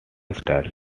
style